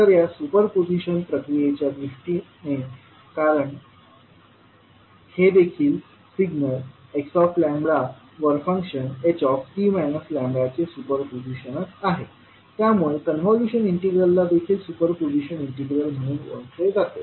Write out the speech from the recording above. तर या superposition प्रक्रियेच्या दृष्टीने कारण हे देखील सिग्नल xλ वर फंक्शन ht λ चे सुपर पोजिशनच आहे त्यामुळे कॉन्व्होल्यूशन इंटिग्रलला देखील सुपर पोजिशन इंटिग्रल म्हणून ओळखले जाते